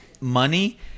money